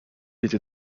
était